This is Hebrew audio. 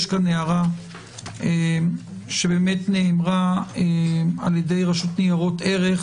יש פה הערה שנאמרה על-יד רשות ניירות ערך,